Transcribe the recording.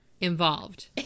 involved